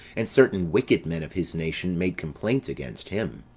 and certain wicked men of his nation made complaints against him.